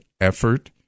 effort